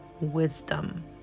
wisdom